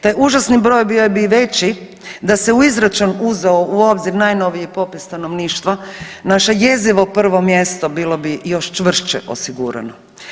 Taj užasni broj bio bi i veći da se u izračun uzelo u obzir najnoviji popis stanovništva naše jezivo prvo mjesto bilo bi još čvršće osigurano.